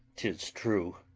tis true.